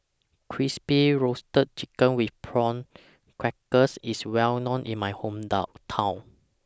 Crispy Roasted Chicken with Prawn Crackers IS Well known in My Hometown